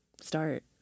start